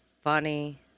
funny